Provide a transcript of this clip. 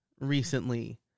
recently